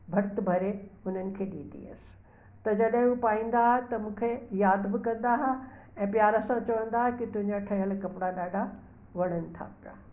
भर्त भरे उन्हनि खे ॾींदी हुअसि त जॾहिं हू पाईंदा हा त मूंखे यादि बि कंदा हा ऐं प्यार सां चवंदा हा तुंहिंजा ठहियल कपिड़ा ॾाठा वणण था पिया